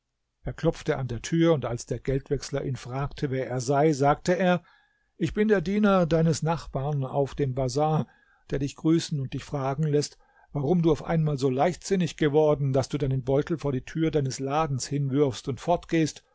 er klopfte an der tür und als der geldwechsler ihn fragte wer er sei sagte er ich bin der diener deines nachbarn auf dem bazar der dich grüßen und dich fragen läßt warum du auf einmal so leichtsinnig geworden daß du deinen beutel vor die tür deines ladens hinwirfst und